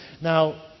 Now